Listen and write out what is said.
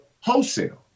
wholesale